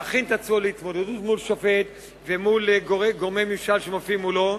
להכין את עצמו להתמודדות מול שופט ומול גורמי ממשל שמופיעים מולו.